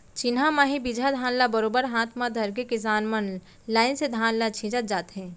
चिन्हा म ही बीजहा धान ल बरोबर हाथ म धरके किसान मन लाइन से धान ल छींचत जाथें